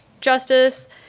justice